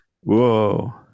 Whoa